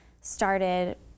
started